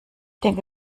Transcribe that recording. denke